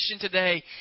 today